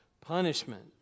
punishment